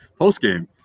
postgame